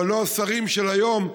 אבל לא השרים של היום,